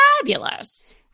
fabulous